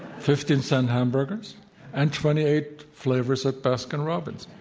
fifteen cent hamburgers and twenty eight flavors of baskin robbins.